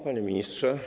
Panie Ministrze!